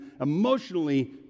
emotionally